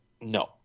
No